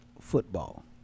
football